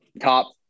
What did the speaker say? top